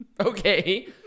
okay